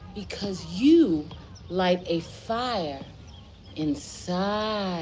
because you light a fire inside